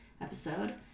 episode